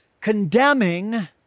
condemning